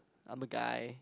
I'm a guy